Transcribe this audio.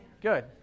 Good